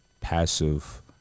passive